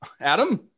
Adam